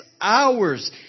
hours